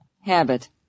habit